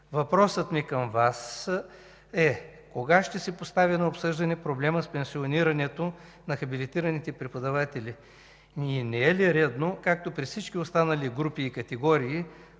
Въпросът ми към Вас е: кога ще се постави на обсъждане проблемът с пенсионирането на хабилитираните преподаватели? И не е ли редно, както при всички останали групи и категории,